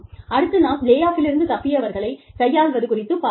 அடுத்து நாம் லே ஆஃபிலிருந்து தப்பியவர்களை கையாள்வது குறித்து பார்க்கலாம்